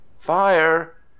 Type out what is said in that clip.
fire